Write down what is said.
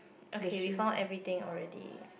okay we found everything already